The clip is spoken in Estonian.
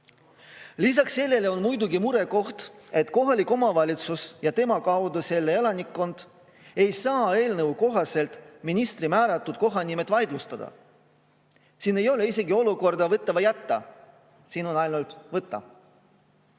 sellele on muidugi murekoht, et kohalik omavalitsus ja tema kaudu selle elanikkond ei saa eelnõu kohaselt ministri määratud kohanimesid vaidlustada. Siin ei ole isegi olukorda võta või jäta, siin on ainult võta.